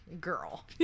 girl